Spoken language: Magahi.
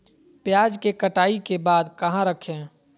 प्याज के कटाई के बाद कहा रखें?